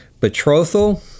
Betrothal